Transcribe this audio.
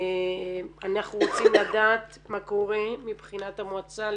אנחנו רוצים לדעת מה קורה מבחינת המועצה.